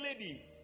lady